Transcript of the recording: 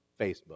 Facebook